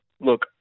look